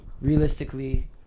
realistically